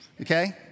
okay